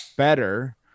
Better